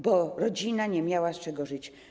Bo rodzina nie miała z czego żyć.